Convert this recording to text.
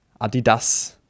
Adidas